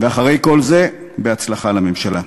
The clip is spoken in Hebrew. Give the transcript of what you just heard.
ואחרי כל זה, בהצלחה לממשלה.